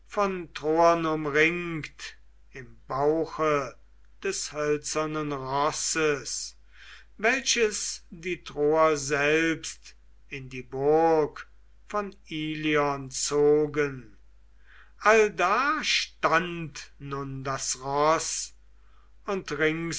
von troern umringt im bauche des hölzernen rosses welches die troer selbst in die burg von ilion zogen allda stand nun das roß und ringsum